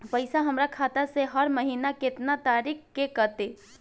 पैसा हमरा खाता से हर महीना केतना तारीक के कटी?